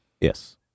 Yes